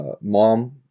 mom